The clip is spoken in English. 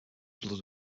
blood